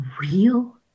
real